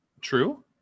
True